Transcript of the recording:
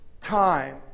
time